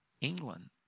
England